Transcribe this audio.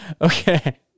okay